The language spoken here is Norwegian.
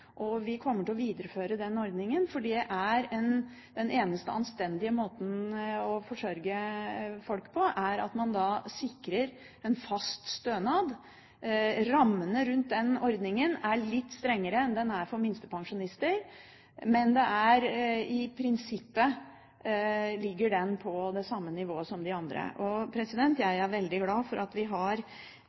Vi kommer til å videreføre denne ordningen, for den eneste anstendige måten å forsørge folk på, er at man sikrer en fast stønad. Rammene rundt denne ordningen er litt strengere enn den for minstepensjonister, men i prinsippet ligger den på det samme nivået som de andre ordningene. Jeg er veldig glad for at vi har